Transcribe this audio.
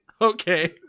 Okay